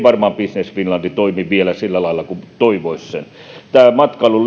varmaan business finland toimi vielä sillä lailla kuin toivoisi tämä matkailun